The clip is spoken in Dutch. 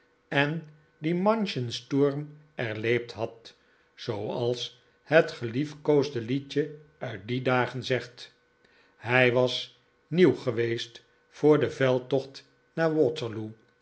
en die manchen sturm erlebt had zooals het geliefkoosde liedje uit die dagen zegt hij was nieuw geweest voor den veldtocht naar waterloo